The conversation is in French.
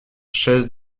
chaise